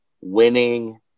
Winning